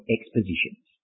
Expositions